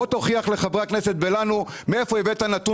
בוא ותוכיח לחברי הכנסת ולנו מאיפה הבאת נתון